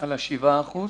--- על ה-7%.